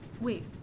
Wait